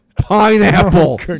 Pineapple